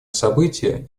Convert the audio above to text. события